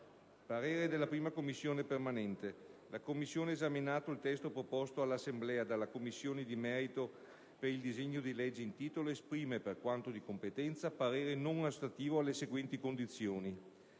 «La 1a Commissione permanente, esaminato il testo proposto all'Assemblea dalla Commissione di merito per il disegno di legge in titolo, esprime, per quanto di competenza, parere non ostativo, alle seguenti condizioni: